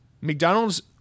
McDonald's